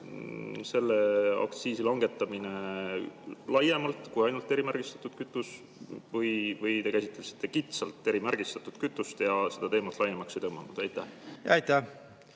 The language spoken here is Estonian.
selle aktsiisi langetamine laiemalt kui ainult erimärgistatud kütusel? Või te käsitlesite kitsalt erimärgistatud kütust ja seda teemat laiemaks ei tõmmanud? Aitäh!